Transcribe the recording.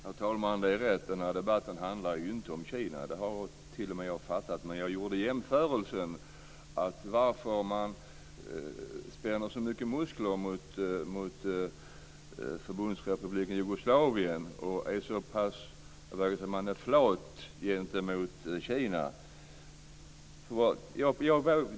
Fru talman! Det är rätt, den här debatten handlar inte om Kina. Det har t.o.m. jag fattat. Men jag gjorde jämförelsen med anledning av att man spänner så mycket muskler mot Förbundsrepubliken Jugoslavien och är så flat gentemot Kina.